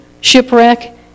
shipwreck